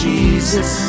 Jesus